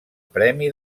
premi